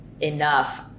enough